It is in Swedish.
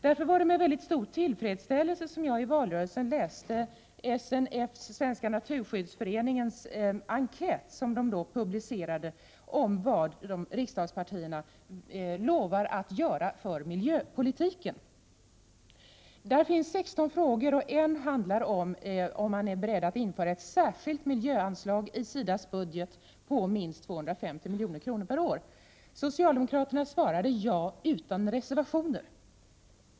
Därför var det med mycket stor tillfredsställelse jag under valrörelsen läste Svenska naturskyddsföreningens, SNF:s, enkät som då publicerades och som redovisade vad riksdagspartierna lovar att göra för miljöpolitiken. I enkäten finns 16 frågor, och en gäller huruvida man är beredd att införa ett särskilt miljöanslag på minst 250 milj.kr. per år i SIDA:s budget. Socialdemokraterna svarade ja utan reservationer.